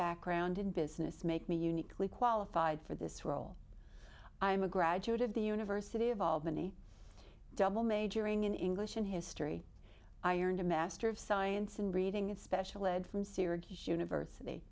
background in business make me uniquely qualified for this role i'm a graduate of the university of albany double majoring in english and history i earned a master of science in reading and special ed from syracuse university